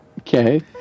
Okay